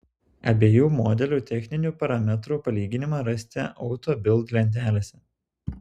abiejų modelių techninių parametrų palyginimą rasite auto bild lentelėse